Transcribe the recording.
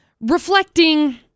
reflecting